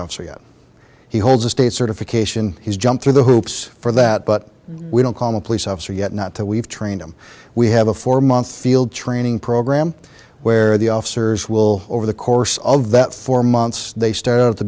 officer yet he holds a state certification he's jump through the hoops for that but we don't call him a police officer yet not to we've trained him we have a four month field training program where the officers will over the course of that four months they start at the